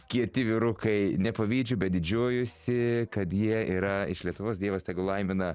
kieti vyrukai nepavydžiu bet didžiuojuosi kad jie yra iš lietuvos dievas tegul laimina